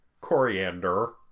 Coriander